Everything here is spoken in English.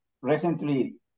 recently